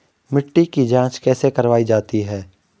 मिट्टी की जाँच कैसे करवायी जाती है?